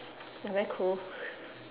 I very cold